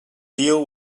deal